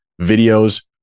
videos